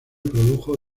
produjo